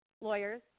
lawyers